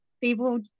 people